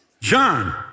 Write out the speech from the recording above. John